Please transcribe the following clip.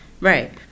Right